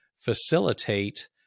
facilitate